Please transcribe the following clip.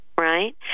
right